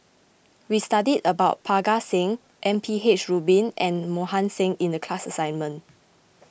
we studied about Parga Singh M P H Rubin and Mohan Singh in the class assignment